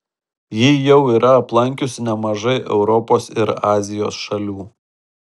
ji jau yra aplankiusi nemažai europos ir azijos šalių